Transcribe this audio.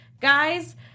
Guys